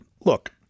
look